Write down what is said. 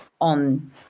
on